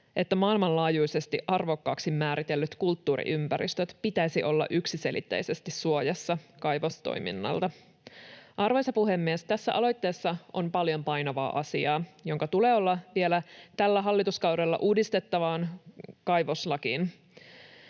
että maailmanlaajuisesti arvokkaaksi määriteltyjen kulttuuriympäristöjen pitäisi olla yksiselitteisesti suojassa kaivostoiminnalta. Arvoisa puhemies! Tässä aloitteessa on paljon painavaa asiaa, joka tulee ottaa huomioon vielä tällä hallituskaudella uudistettavaan kaivoslakiin.